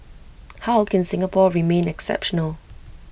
how can Singapore remain exceptional